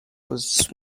was